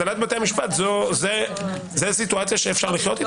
הנהלת בתי המשפט, זאת סיטואציה שאפשר לחיות איתה?